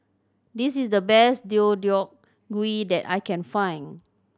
this is the best Deodeok Gui that I can find